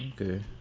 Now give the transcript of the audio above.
okay